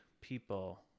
people